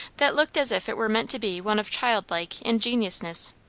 that looked as if it were meant to be one of childlike, ingenuousness.